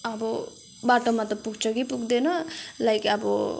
अब बाटोमा त पुग्छ कि पुग्दैन लाइक अब